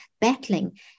battling